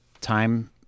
time